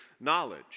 knowledge